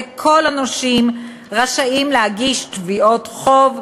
וכל הנושים רשאים להגיש תביעות חוב,